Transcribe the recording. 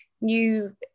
new